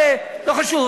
לא חשוב,